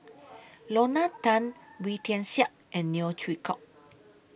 Lorna Tan Wee Tian Siak and Neo Chwee Kok